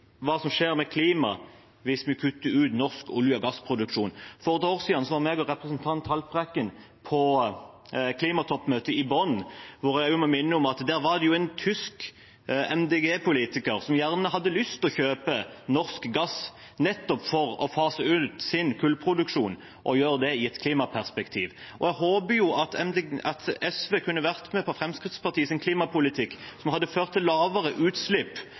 Hva skjer med klimaet hvis vi kutter ut norsk olje- og gassproduksjon? For et år siden var representanten Haltbrekken og jeg på klimatoppmøtet i Bonn, og jeg må minne om at der var det en tysk MDG-politiker som hadde lyst til å kjøpe norsk gass, nettopp for å fase ut sin kullproduksjon og gjøre det i et klimaperspektiv. Jeg hadde håpt at SV kunne vært med på Fremskrittspartiets klimapolitikk, som hadde ført til lavere utslipp